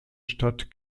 stadt